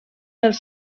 els